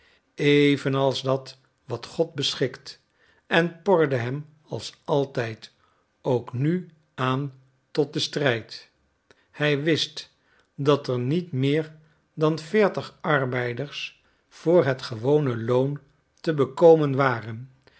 evenals dat wat god beschikt en porde hem als altijd ook nu aan tot den strijd hij wist dat er niet meer dan veertig arbeiders voor het gewone loon te bekomen waren